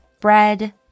bread